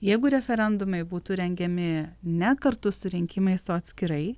jeigu referendumai būtų rengiami ne kartu su rinkimais o atskirai